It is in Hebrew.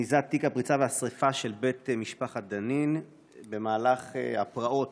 שנושאים את עיניהם אלינו, חברי וחברות הכנסת,